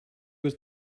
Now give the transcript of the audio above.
was